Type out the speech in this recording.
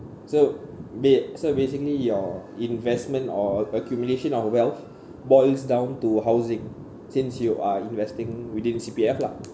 so ba~ so basically your investment or accumulation of wealth boils down to housing since you are investing within C_P_F lah